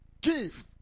Give